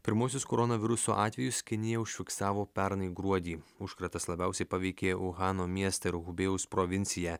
pirmuosius koronaviruso atvejus kinija užfiksavo pernai gruodį užkratas labiausiai paveikė vuhano mieste ruhubėjaus provinciją